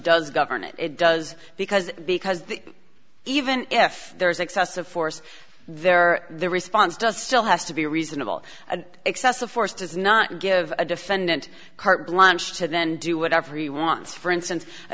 does govern it it does because because the even if there is excessive force there the response does still has to be reasonable and excessive force does not give a defendant carte blanche to then do whatever he wants for instance